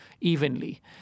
evenly